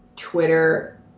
Twitter